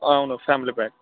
అవును family pack